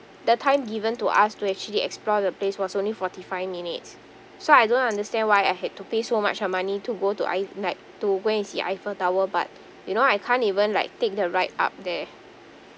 the time given to us to actually explore the place was only forty five minutes so I don't understand why I had to pay so much of money to go to I like to go and see eiffel tower but you know I can't even like take the ride up there